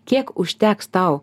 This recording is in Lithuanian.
kiek užteks tau